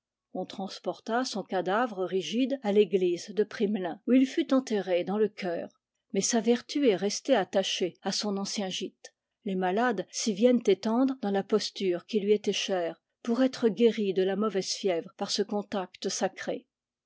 on transporta son cadavre rigide à l'église de primelin où il fut enterré dans le chœur mais sa vertu est restée attachée à son ancien gîte les malades s'y viennent étendre dans la posture qui lui était chère pour être guéris de la mauvaise fièvre par ce contact sacré